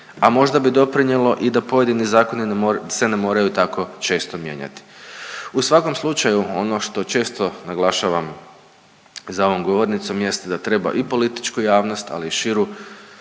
a možda bi doprinjelo i da pojedini zakoni se ne moraju tako često mijenjati. U svakom slučaju ono što često naglašavam za ovom govornicom jest da treba i političku javnost, ali i širu